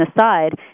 aside